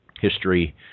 history